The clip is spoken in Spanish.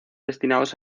destinados